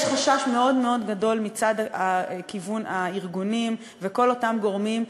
יש חשש מאוד מאוד גדול מכיוון הארגונים וכל אותם גורמים,